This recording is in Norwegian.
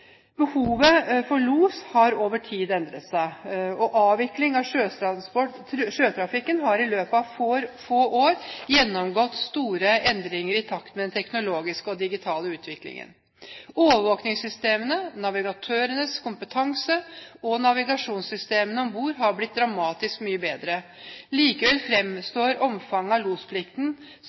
Behovet for los har over tid endret seg. Sjøtrafikken har i løpet av få år gjennomgått store endringer i takt med den teknologiske og digitale utviklingen. Overvåkningssystemene, navigatørenes kompetanse og navigasjonssystemene om bord har blitt dramatisk mye bedre. Likevel fremstår omfanget av losplikten